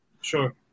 Sure